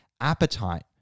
appetite